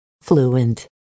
fluent